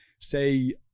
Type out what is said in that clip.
Say